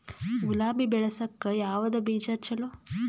ಗುಲಾಬಿ ಬೆಳಸಕ್ಕ ಯಾವದ ಬೀಜಾ ಚಲೋ?